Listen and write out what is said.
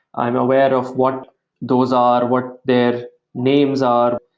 i'm aware of what those are, what their names are,